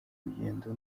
urugendo